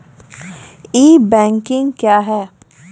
ई banking क्या हैं?